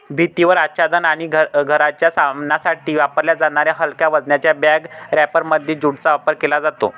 भिंतीवर आच्छादन आणि घराच्या सामानासाठी वापरल्या जाणाऱ्या हलक्या वजनाच्या बॅग रॅपरमध्ये ज्यूटचा वापर केला जातो